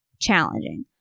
challenging